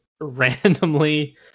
randomly